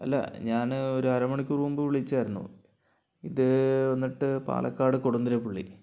അല്ല ഞാൻ ഒരരമണിക്കൂർ മുമ്പ് വിളിച്ചായിരുന്നു ഇത് വന്നിട്ട് പാലക്കാട് കൊടുന്നരപ്പള്ളി